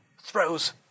throws